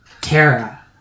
Tara